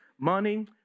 money